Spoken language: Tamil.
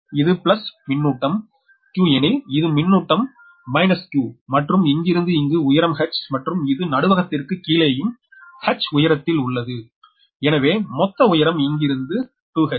இது பிளஸ் மின்னூட்டம் q எனில் இது மின்னூட்டம் மைனஸ் q மற்றும் இங்கிருந்து இங்கு உயரம் h மற்றும் இது நடுவகத்திற்குக்கு கீழேயும் h உயரத்திலிருந்து உள்ளது எனவே மொத்த உயரம் இங்கிருந்து இங்கு 2h